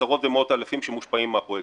עשרות ומאות אלפים שמושפעים מהפרויקטים האלה.